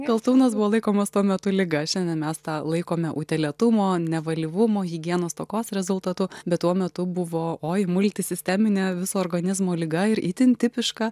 kaltūnas buvo laikomas tuo metu liga šiandien mes tą laikome utėlėtumo nevalyvumo higienos stokos rezultatu bet tuo metu buvo oi multisisteminė viso organizmo liga ir itin tipiška